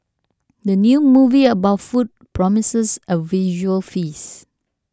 the new movie about food promises a visual feast